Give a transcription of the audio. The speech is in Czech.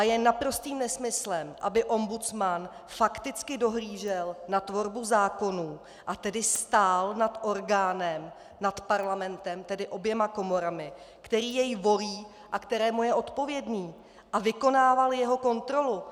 Je naprostým nesmyslem, aby ombudsman fakticky dohlížel na tvorbu zákonů, a tedy stál nad orgánem, Parlamentem, tedy oběma komorami, který jej volí a kterému je odpovědný, a vykonával jeho kontrolu.